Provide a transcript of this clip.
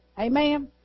Amen